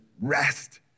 rest